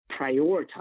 prioritize